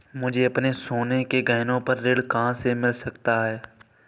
मुझे अपने सोने के गहनों पर ऋण कहाँ से मिल सकता है?